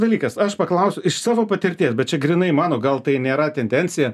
dalykas aš paklausiu iš savo patirties bet čia grynai mano gal tai nėra tendencija